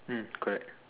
mm correct